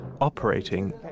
operating